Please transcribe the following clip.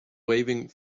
waving